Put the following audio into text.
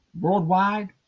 worldwide